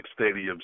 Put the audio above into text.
stadiums